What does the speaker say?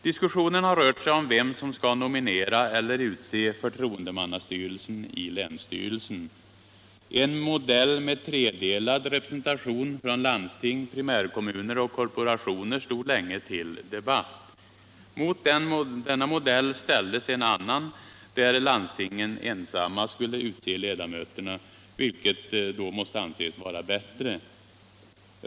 Diskussionen har rört sig om vem som skall nominera eller utse förtroendemannastyrelsen i länsstyrelsen. En modell med tredelad representation från landsting, primärkommuner och korporationer stod länge till debatt. Mot denna modell ställdes en annan där landstingen ensamma skulle utse ledamöterna, vilket måste anses vara bättre.